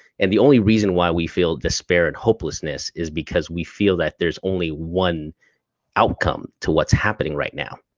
and the only reason why we feel despair and hopelessness is because we feel that there's only one outcome to what's happening right now.